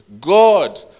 God